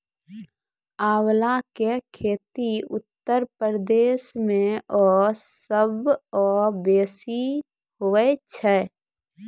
आंवला के खेती उत्तर प्रदेश मअ सबसअ बेसी हुअए छै